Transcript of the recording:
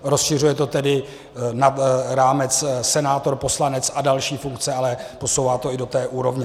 Rozšiřuje to tedy nad rámec senátor, poslanec a další funkce, ale posouvá to i do té úrovně.